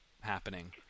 happening